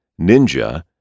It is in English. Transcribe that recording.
Ninja